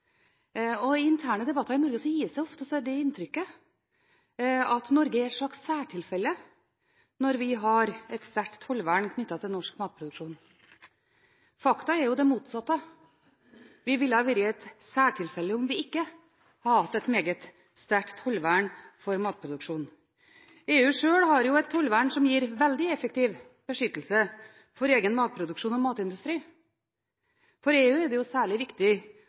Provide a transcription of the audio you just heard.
I interne debatter i Norge gis det ofte inntrykk av at Norge er et slags særtilfelle når vi har et sterkt tollvern knyttet til norsk matproduksjon. Faktum er jo det motsatte. Vi ville ha vært et særtilfelle om vi ikke hadde hatt et meget sterkt tollvern for matproduksjon. EU har sjøl et tollvern som gir veldig effektiv beskyttelse for egen matproduksjon og matindustri. For EU er det særlig viktig